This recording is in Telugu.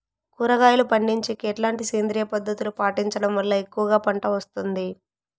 కూరగాయలు పండించేకి ఎట్లాంటి సేంద్రియ పద్ధతులు పాటించడం వల్ల ఎక్కువగా పంట వస్తుంది?